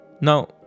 Now